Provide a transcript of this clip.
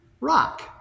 Rock